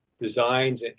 designs